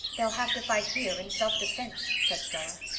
they'll have to fight here in self-defense, said stella.